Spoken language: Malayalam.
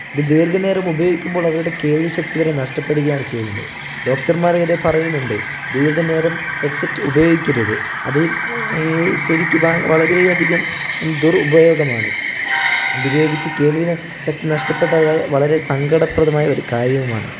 ഇത് ദീർഘനേരം ഉപയോഗിക്കുമ്പോൾ അവരുടെ കേൾവിശക്തി വരെ നഷ്ടപ്പെടുകയാണ് ചെയ്യുന്നത് ഡോക്ടർമാർ വരെ പറയുന്നുണ്ട് ദീർഘനേരം ഹെഡ്സെറ്റ് ഉയപയോഗിക്കരുത് അത് ഈ ചെവിക്ക് വളരെയാധികം ദുരൂപയോഗമാണ് അത് ഉപയോഗിച്ച് കേൾവിശക്തി നഷ്ടപ്പെട്ടാൽ വളരെ സങ്കടപ്രദവുമായ ഒരു കാര്യവുമാണ്